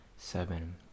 seven